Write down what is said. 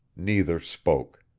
neither spoke.